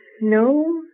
no